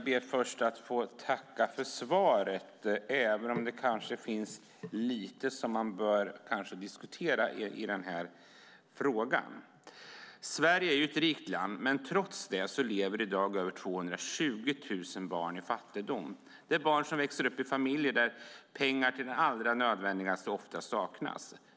Herr talman! Jag tackar för svaret även om det kanske finns lite att diskutera i denna fråga. Sverige är ett rikt land. Trots det lever i dag över 220 000 barn i fattigdom. Dessa barn växer upp i familjer där pengar till det allra nödvändigaste ofta saknas.